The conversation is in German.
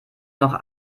noch